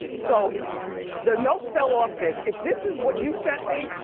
so the note fell off this. if this is what you sent me,